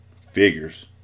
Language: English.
Figures